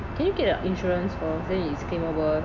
can you get an insurance first then it's claimable